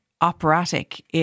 operatic